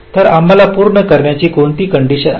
तर आम्हाला पूर्ण करण्याची कोणती कंडिशन आहे